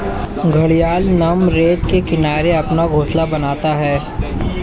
घड़ियाल नम रेत के किनारे अपना घोंसला बनाता है